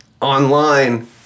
online